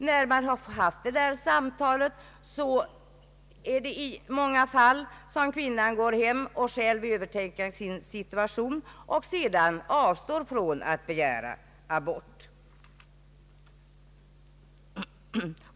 Efter detta samtal går kvinnan i många fall hem, övertänker själv sin situation och avstår sedan från att begära abort.